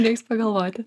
reiks pagalvoti